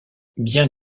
bien